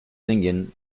singing